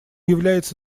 является